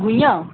گُھوئیاں